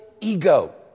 ego